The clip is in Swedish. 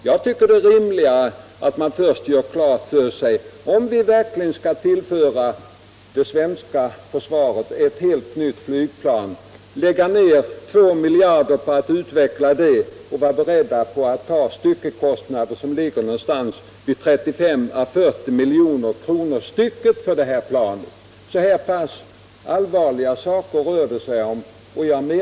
Jag tycker att det är rimligare att vi först gör klart för oss om vi verkligen skall tillföra det svenska försvaret ett nytt flygplan, lägga ned 2 miljarder på att utveckla detta och vara beredda på att ta styckekostnader som ligger någonstans vid 35 å 40 miljoner. Så här pass allvarliga saker rör det sig om.